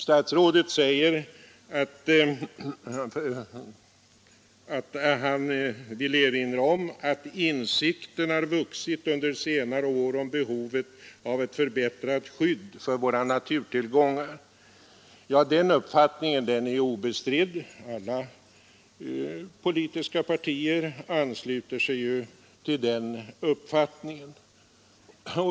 Statsrådet säger att han vill erinra om att insikten har vuxit under senare år om behovet av ett förbättrat skydd för våra naturtillgångar. Ja, den uppfattningen är obestridd. Alla politiska partier ansluter sig ju till den uppfattningen.